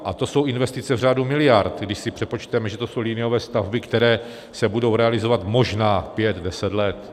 A to jsou investice v řádu miliard, když si přepočteme, že to jsou liniové stavby, které se budou realizovat možná pět deset let.